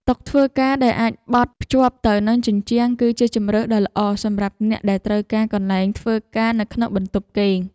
តុធ្វើការដែលអាចបត់ភ្ជាប់ទៅនឹងជញ្ជាំងគឺជាជម្រើសដ៏ល្អសម្រាប់អ្នកដែលត្រូវការកន្លែងធ្វើការនៅក្នុងបន្ទប់គេង។